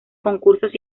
concursos